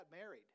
married